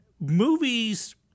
movies